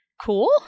cool